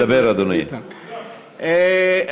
תדבר, אדוני.